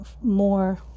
more